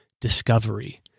discovery